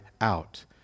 out